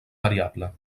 variable